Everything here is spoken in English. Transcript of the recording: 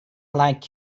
like